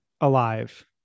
Alive